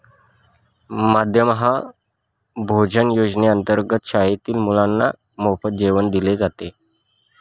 मध्यान्ह भोजन योजनेअंतर्गत शाळेतील मुलांना मोफत जेवण दिले जाते